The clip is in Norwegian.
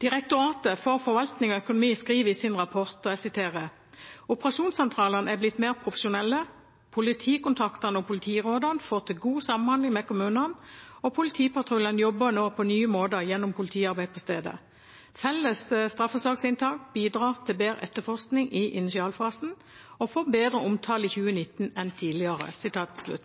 Direktoratet for forvaltning og økonomistyring skriver i sin rapport: «Operasjonssentralene er blitt mer profesjonelle, politikontaktene og politirådene får til god samhandling med kommunene og politipatruljen jobber på nye måter gjennom politiarbeid på stedet.» «Felles staffesaksinntak bidrar til bedre etterforskning i initialfasen og får bedre omtale i 2019 enn tidligere.»